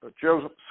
Joseph